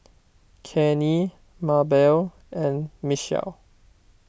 Kenny Mabelle and Michell